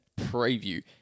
preview